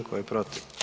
Tko je protiv?